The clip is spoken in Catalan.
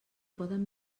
poden